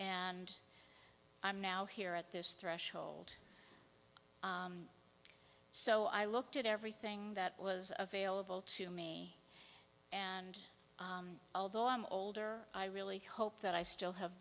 and i'm now here at this threshold so i looked at everything that was available to me and although i'm older i really hope that i still have